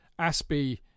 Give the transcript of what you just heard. Aspie